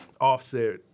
Offset